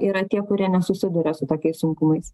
yra tie kurie nesusiduria su tokiais sunkumais